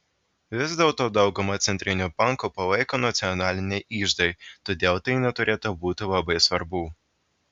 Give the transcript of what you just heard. vis dėlto daugumą centrinių bankų palaiko nacionaliniai iždai todėl tai neturėtų būti labai svarbu